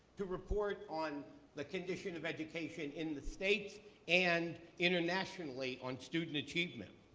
to report on the condition of education in the states and internationally on student achievement.